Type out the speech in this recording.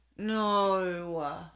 No